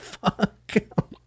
fuck